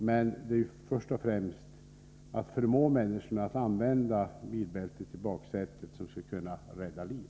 Men först och främst måste vi förmå människorna att använda bilbältet i baksätet och därmed rädda liv.